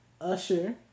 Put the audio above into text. Usher